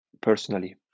personally